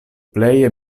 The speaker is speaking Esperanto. pleje